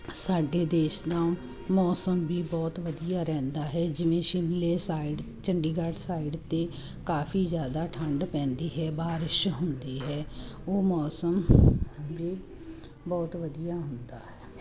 ਸਾਡੇ ਦੇਸ਼ ਦਾ ਮੌਸਮ ਵੀ ਬਹੁਤ ਵਧੀਆ ਰਹਿੰਦਾ ਹੈ ਜਿਵੇਂ ਸ਼ਿਮਲੇ ਸਾਈਡ ਚੰਡੀਗੜ੍ਹ ਸਾਈਡ ਅਤੇ ਕਾਫ਼ੀ ਜ਼ਿਆਦਾ ਠੰਡ ਪੈਂਦੀ ਹੈ ਬਾਰਿਸ਼ ਹੁੰਦੀ ਹੈ ਉਹ ਮੌਸਮ ਵੀ ਬਹੁਤ ਵਧੀਆ ਹੁੰਦਾ ਹੈ